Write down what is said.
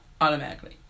automatically